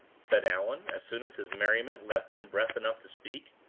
said allan, as soon as his merriment left him breath enough to speak.